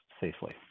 safely